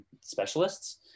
specialists